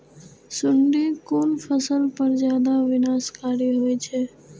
सुंडी कोन फसल पर ज्यादा विनाशकारी होई छै?